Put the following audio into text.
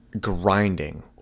grinding